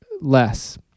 less